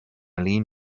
lean